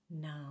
now